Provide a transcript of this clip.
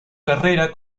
carrera